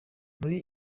muri